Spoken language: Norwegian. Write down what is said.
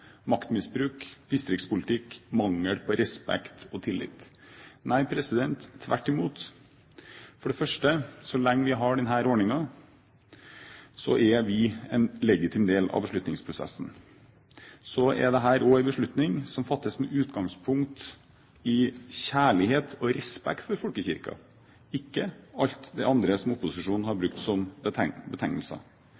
maktmisbruk, distriktspolitikk, mangel på respekt og tillit. Nei, tvert imot! For det første, så lenge vi har denne ordningen, er vi en legitim del av beslutningsprosessen. For det andre er dette også en beslutning som fattes med utgangspunkt i kjærlighet og respekt for folkekirken – ikke alt det andre som opposisjonen har